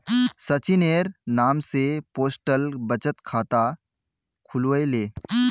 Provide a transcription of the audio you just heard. सचिनेर नाम स पोस्टल बचत खाता खुलवइ ले